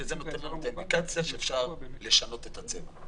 שזה נותן לנו את האינדיקציה שאפשר לשנות את הצבע.